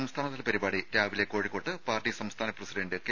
സംസ്ഥാനതല പരിപാടി രാവിലെ കോഴിക്കോട്ട് പാർട്ടി സംസ്ഥാന പ്രസിഡന്റ് കെ